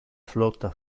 flotta